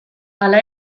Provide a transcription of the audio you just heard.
hala